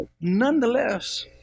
Nonetheless